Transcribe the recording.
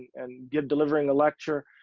and give, delivering a lecture.